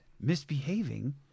misbehaving